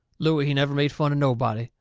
looey, he never made fun of nobody,